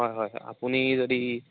হয় হয় আপুনি যদি